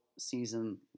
season